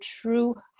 true